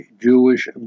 Jewish